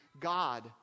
God